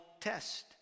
test